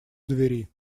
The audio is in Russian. двери